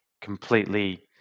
completely